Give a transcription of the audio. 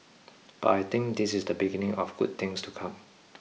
but I think this is the beginning of good things to come